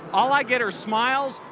all i get are smiles,